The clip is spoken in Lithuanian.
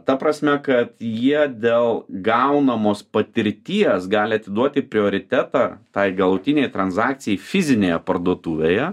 ta prasme kad jie dėl gaunamos patirties gali atiduoti prioritetą tai galutinei transakcijai fizinėje parduotuvėje